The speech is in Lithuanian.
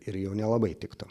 ir jau nelabai tiktų